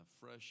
fresh